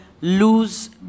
lose